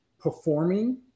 performing